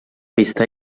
pista